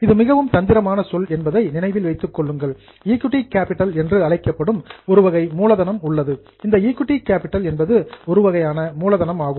இது மிகவும் தந்திரமான சொல் என்பதை நினைவில் வைத்துக் கொள்ளுங்கள் ஈக்விட்டி கேப்பிட்டல் என்று அழைக்கப்படும் ஒரு வகை மூலதனம் உள்ளது இந்த ஈக்விட்டி கேப்பிட்டல் என்பது ஒரு வகையான மூலதனமாகும்